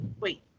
wait